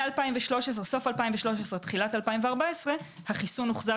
מסוף 2013 תחילת 2014 החיסון הוחזר